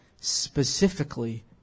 specifically